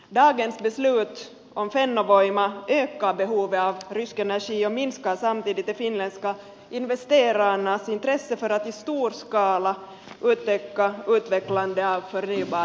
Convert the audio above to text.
dagens beslut om fennovoima ökar behovet av rysk energi och minskar samtidigt de finländska investerarnas intresse för att i stor skala utöka utvecklandet av förnybar energi